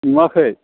नुवाखै